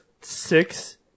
six